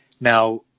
now